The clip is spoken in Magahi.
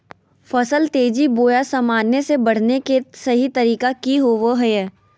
फसल तेजी बोया सामान्य से बढने के सहि तरीका कि होवय हैय?